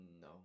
no